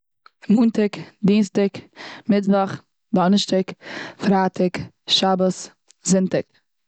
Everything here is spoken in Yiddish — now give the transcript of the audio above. מאנטאג, דינסטאג, מיטוואך, דאנערשטאג, פרייטאג, שבת, זונטאג.